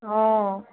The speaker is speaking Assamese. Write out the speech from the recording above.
অঁ